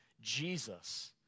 Jesus